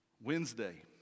Wednesday